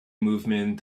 movement